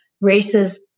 Races